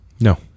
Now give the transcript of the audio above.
No